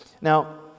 Now